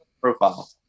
profile